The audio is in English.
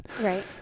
Right